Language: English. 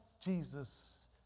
Jesus